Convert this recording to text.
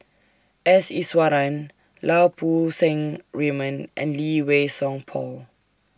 S Iswaran Lau Poo Seng Raymond and Lee Wei Song Paul